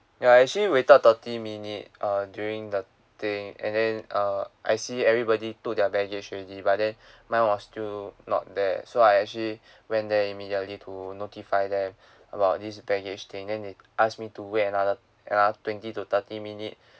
ya I actually waited thirty minute uh during the thing and then uh I see everybody took their baggage already but then mine was still not there so I actually went there immediately to notify them about this baggage thing then they ask me to wait another another twenty to thirty minute